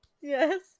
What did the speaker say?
Yes